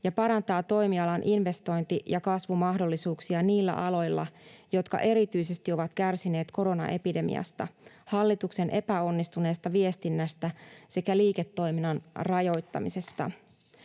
ja parantaa toimialan investointi- ja kasvumahdollisuuksia niillä aloilla, jotka erityisesti ovat kärsineet koronaepidemiasta, hallituksen epäonnistuneesta viestinnästä sekä liiketoiminnan rajoittamisesta.